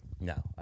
No